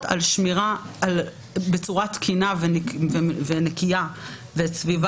לעניין שמירה בצורה תקינה ונקייה וכו'.